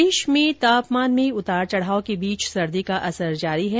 प्रदेश में तापमान में उतार चढ़ाव के बीच सर्दी का असर जारी है